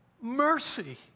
mercy